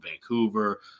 Vancouver